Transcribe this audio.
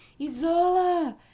Isola